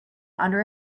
under